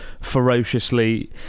ferociously